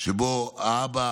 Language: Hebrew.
שבה האבא